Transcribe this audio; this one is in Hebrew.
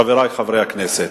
חברי חברי הכנסת,